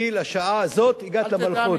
כי לשעה הזאת הגעת למלכות.